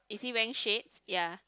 is he wearing shade ya